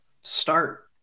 start